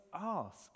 ask